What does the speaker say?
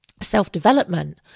self-development